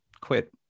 quit